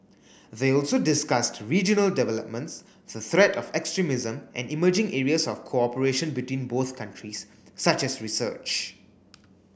they also discussed regional developments the threat of extremism and emerging areas of cooperation between both countries such as research